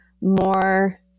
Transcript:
more